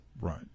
Right